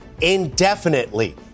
indefinitely